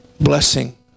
Blessing